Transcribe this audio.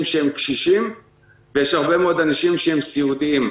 שהם קשישים ויש הרבה מאוד אנשים שהם סיעודיים.